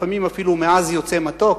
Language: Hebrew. ולפעמים אפילו מעז יוצא מתוק.